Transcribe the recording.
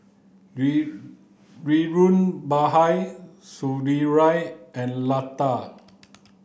dhirubhai Sunderlal and Lata